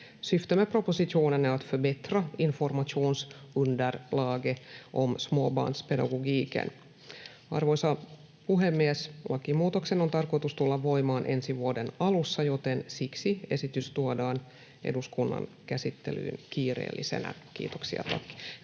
Syftet med propositionen är att förbättra informationsunderlaget om småbarnspedagogiken. Arvoisa puhemies! Lakimuutoksen on tarkoitus tulla voimaan ensi vuoden alussa, joten siksi esitys tuodaan eduskunnan käsittelyyn kiireellisenä. Tämäkin